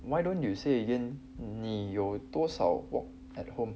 why don't you say again 你有多少 wok at home